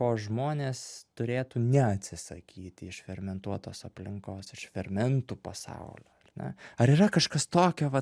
ko žmonės turėtų neatsisakyti iš fermentuotos aplinkos iš fermentų pasaulio ar ne ar yra kažkas tokio vat